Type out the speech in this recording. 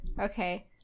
Okay